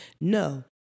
no